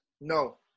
No